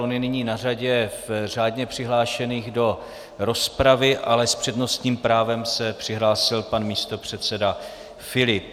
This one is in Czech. Je nyní na řadě v řádně přihlášených do rozpravy, ale s přednostním právem se přihlásil pan místopředseda Filip.